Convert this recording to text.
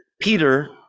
Peter